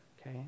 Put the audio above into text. Okay